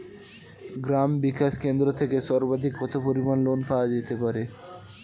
গ্রাম বিকাশ কেন্দ্র থেকে সর্বাধিক কত পরিমান লোন পাওয়া যেতে পারে?